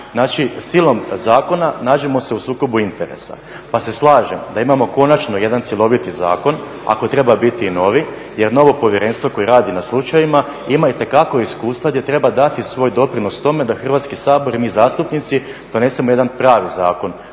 Znači silom zakona nađemo se u sukobu interesa. Pa se slažem da imamo konačno jedan cjeloviti zakon ako treba biti i novi jer novo povjerenstvo koje radi na slučajevima ima itekako iskustva gdje treba dati svoj doprinos tome da Hrvatski sabor i mi zastupnici donesemo jedan pravi zakon